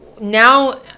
now